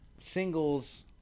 Singles